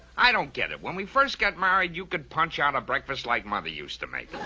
i don't get it when we first got married, you could punch out a breakfast like mother used to make.